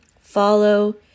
follow